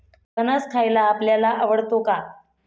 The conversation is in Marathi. फणस खायला आपल्याला आवडतो का?